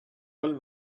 pull